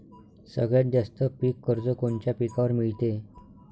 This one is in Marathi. सगळ्यात जास्त पीक कर्ज कोनच्या पिकावर मिळते?